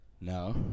No